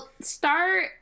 start